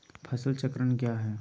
फसल चक्रण क्या है?